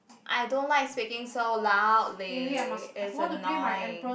I don't like speaking so loudly it's annoying